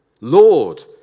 Lord